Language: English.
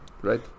Right